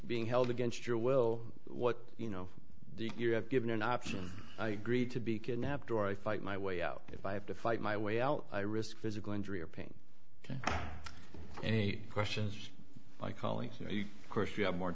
being held against your will what you know you have given an option i agreed to be kidnapped or i fight my way out if i have to fight my way out i risk physical injury or pain to any questions i call you course you have more